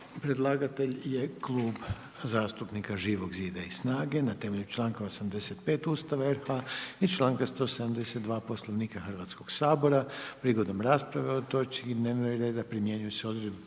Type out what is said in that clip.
Predlagatelj je Klub zastupnika Živog zida i SNAGA-e, na temelju članka 85. Ustava RH i članka 172. Poslovnika Hrvatskog sabora. Prigodom rasprave o ovoj točci dnevnog reda, primjenjuju se odredbe